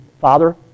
Father